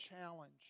challenge